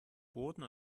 boden